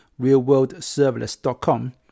realworldserverless.com